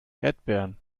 erdbeeren